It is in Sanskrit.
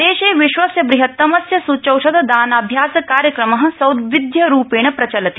देशे विश्वस्य बृहत्तमस्य सूच्यौषध दानाभ्यासस्य कार्यक्रम सौविध्य रूपेण प्रचलति